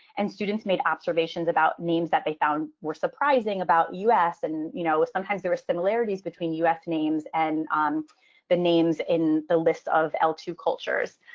and students made observations about names that they found were surprising about us. and, you know, sometimes there are similarities between u s. names and the names in the lists of l two cultures.